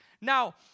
Now